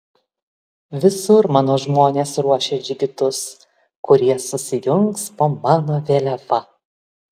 visur mano žmonės ruošia džigitus kurie susijungs po mano vėliava